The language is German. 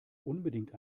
unbedingt